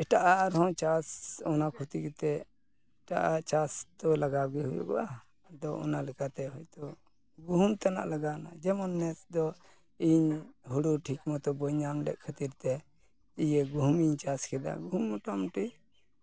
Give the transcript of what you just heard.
ᱮᱴᱟᱜ ᱟᱜ ᱟᱨᱦᱚᱸ ᱪᱟᱥ ᱚᱱᱟ ᱠᱷᱚᱛᱤ ᱠᱟᱛᱮ ᱮᱴᱟᱜ ᱟᱜ ᱪᱟᱥ ᱫᱚ ᱞᱟᱜᱟᱣ ᱜᱮ ᱦᱩᱭᱩᱜᱼᱟ ᱟᱫᱚ ᱚᱱᱟ ᱞᱮᱠᱟᱛᱮ ᱦᱤᱭᱛᱳ ᱜᱩᱦᱩᱢ ᱛᱮᱱᱟᱜ ᱞᱟᱜᱟᱣᱱᱟ ᱡᱮᱢᱚᱱ ᱤᱧ ᱦᱳᱲᱳ ᱴᱷᱤᱠ ᱢᱚᱛᱚ ᱵᱟᱹᱧ ᱧᱟᱢ ᱞᱮᱜ ᱠᱷᱟᱹᱛᱤᱨ ᱛᱮ ᱤᱭᱟᱹ ᱜᱩᱦᱩᱢ ᱤᱧ ᱪᱟᱥ ᱠᱮᱫᱟ ᱜᱩᱦᱩᱢ ᱢᱳᱴᱟᱢᱩᱴᱤ